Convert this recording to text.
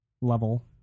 level